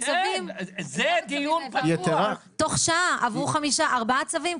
כן, זה דיון פתוח -- תוך שעה, עברו ארבעה צווים?